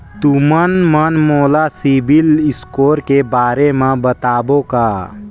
तुमन मन मोला सीबिल स्कोर के बारे म बताबो का?